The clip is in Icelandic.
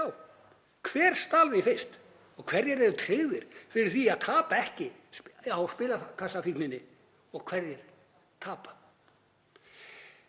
Já, hver stal því fyrst? Hverjir eru tryggðir fyrir því að tapa ekki á spilakassafíkninni og hverjir tapa?